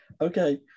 okay